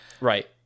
Right